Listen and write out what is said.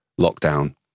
lockdown